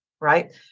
right